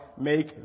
make